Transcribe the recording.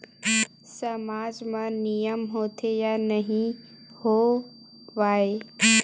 सामाज मा नियम होथे या नहीं हो वाए?